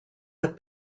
have